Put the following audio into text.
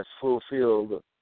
fulfilled